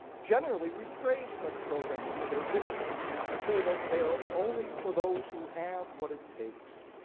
generally, we praise such programs for their rigor and say that they are only for those who have what it takes.